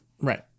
Right